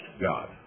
God